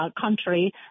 country